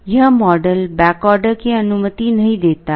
यह model back order की अनुमति नहीं देता है